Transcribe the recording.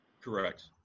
Correct